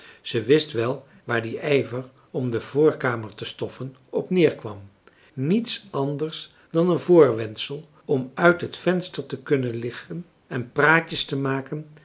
zij wist wel waar die ijver om de voorkamer te stoffen op neer kwam niets anders dan een voorwendsel om uit het venster te kunnen liggen en praatjes te maken